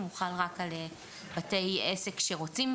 הוא חל רק על בתי עסק שרוצים